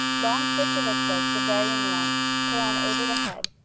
long circular cloaks of varying lengths, put on over the head,